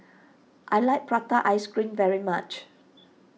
I like Prata Ice Cream very much